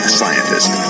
scientist